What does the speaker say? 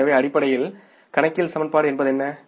எனவே அடிப்படையில் கணக்கியல் சமன்பாடு என்பது என்ன